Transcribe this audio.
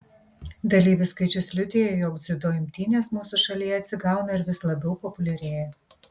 dalyvių skaičius liudija jog dziudo imtynės mūsų šalyje atsigauna ir vis labiau populiarėja